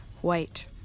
White